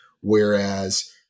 Whereas